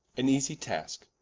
an easie taske,